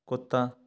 कुत्ता